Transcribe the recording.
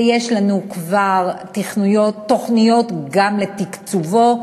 ויש לנו כבר תוכניות גם לתקצובו.